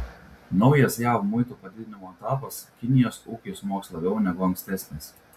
naujas jav muitų padidinimo etapas kinijos ūkiui smogs labiau negu ankstesnis